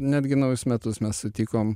netgi naujus metus mes sutikom